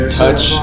touch